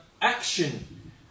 action